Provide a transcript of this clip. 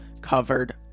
covered